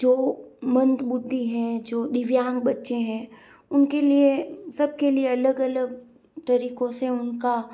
जो मंदबुद्धि हैं जो दिव्यांग बच्चे हैं उनके लिए सबके लिए अलग अलग तरीकों से उनका